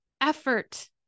effort